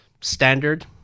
standard